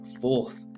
fourth